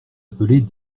appelées